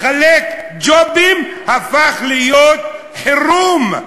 לחלק ג'ובים הפך להיות חירום.